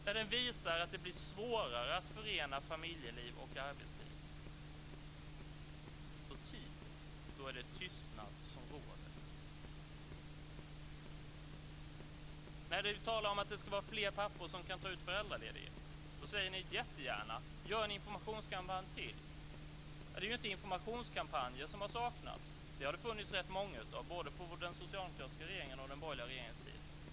När det visar sig att det blir svårare att förena familjeliv och arbetsliv tiger ni. Då är det tystnad som råder. När vi talar om att fler pappor ska ta ut föräldraledighet säger ni: Jättegärna, gör en informationskampanj till. Det är inte informationskampanjer som har saknats. Det har det funnits rätt många av på både den socialdemokratiska och den borgerliga regeringens tid.